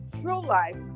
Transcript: true-life